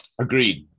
Agreed